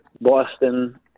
Boston